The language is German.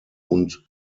und